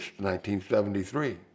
1973